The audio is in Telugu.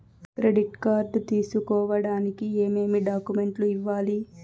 క్రెడిట్ కార్డు తీసుకోడానికి ఏమేమి డాక్యుమెంట్లు ఇవ్వాలి